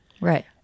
Right